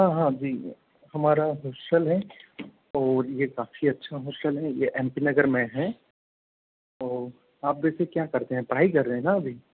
हाँ हाँ जी हमारा हॉस्टल है और यह काफ़ी अच्छा हॉस्टल है ये एम पी नगर में है और आप वैसे क्या करते हैं पढ़ाई कर रहे हैं ना अभी